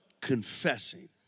confessing